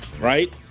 right